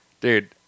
dude